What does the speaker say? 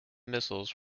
missiles